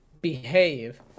behave